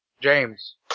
James